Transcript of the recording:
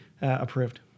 approved